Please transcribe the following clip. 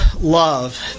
love